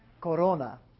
Corona